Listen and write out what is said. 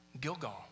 Gilgal